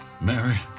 Mary